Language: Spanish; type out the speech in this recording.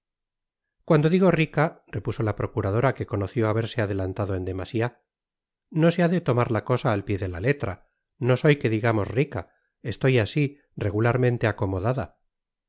cuando digo rica repuso la procuradora que conoció haberse adelantado en demasia no se ha de lomar la cosa at pié de la letra no soy que digamos rica estoy asi regularmente acomodada